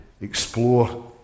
explore